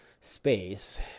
space